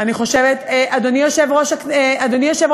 אני חושבת אדוני יושב-ראש הקואליציה,